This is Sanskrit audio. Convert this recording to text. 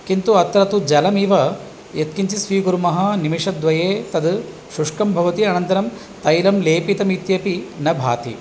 किन्तु अत्र तु जलमिव यत् किञ्चित् स्वीकुर्मः निमेषद्वये तद् शुष्कं भवति अनन्तरं तैलं लेपितम् इत्यपि न भाति